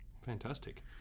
Fantastic